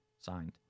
Signed